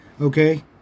Okay